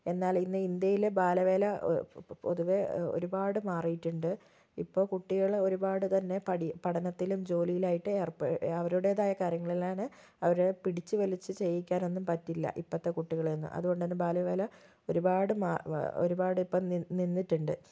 എന്നാൽ ഇന്ന് ഇന്ത്യയിലെ ബാലവേല പൊതുവെ ഒരുപാട് മാറിയിട്ടുണ്ട് ഇപ്പോൾ കുട്ടികൾ ഒരുപാട് തന്നെ പഠി പഠനത്തിലും ജോലിയിലായിട്ട് ഏർപ്പെ അവരുടേതായ കാര്യങ്ങളിലാണ് അവർ പിടിച്ചു വലിച്ചു ചെയ്യിക്കാനൊന്നും പറ്റില്ല ഇപ്പോഴത്തെ കുട്ടികളെയൊന്നും അതുകൊണ്ടു തന്നെ ബാലവേല ഒരുപാട് മാ ഒരുപാട് ഇപ്പം നി നിന്നിട്ടുണ്ട്